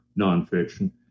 nonfiction